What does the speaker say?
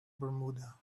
bermuda